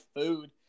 food